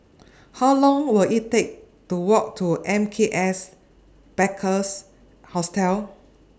How Long Will IT Take to Walk to M K S Bikers Hostel